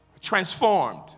Transformed